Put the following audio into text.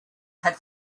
had